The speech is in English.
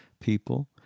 people